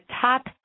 top